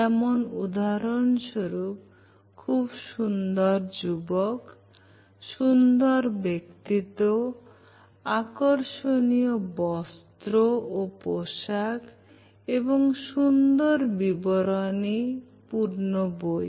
যেমন উদাহরণস্বরূপ খুব সুন্দর যুবক সুন্দর ব্যক্তিত্ব আকর্ষণীয় বস্ত্র ও পোশাক এবং সুন্দর বিবরণী পূর্ণ বই